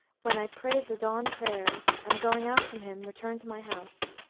when i prayed the dawn-prayers and, going out from him, returned to my house.